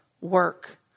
work